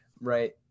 right